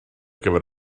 gyfer